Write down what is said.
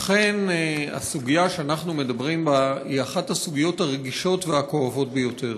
אכן הסוגיה שאנחנו מדברים בה היא אחת הסוגיות הרגישות והכואבות ביותר.